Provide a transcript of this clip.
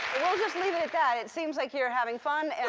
we'll just leave it at that. it seems like you're having fun. and